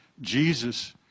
Jesus